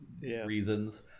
reasons